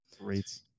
Great